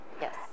Yes